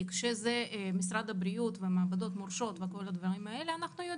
כי כשזה משרד הבריאות ומעבדות מורשות אנחנו יודעים,